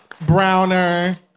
browner